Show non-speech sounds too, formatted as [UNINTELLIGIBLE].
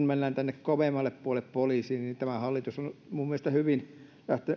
[UNINTELLIGIBLE] mennään tänne kovemmalle puolelle poliisiin niin tämä hallitus on mielestäni hyvin